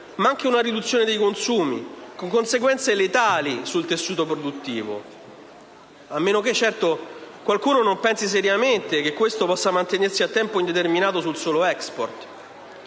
ma anche una riduzione dei consumi, con conseguenze letali sul tessuto produttivo. A meno che, certo, qualcuno non pensi seriamente che questo possa mantenersi a tempo indeterminato sul solo *export*.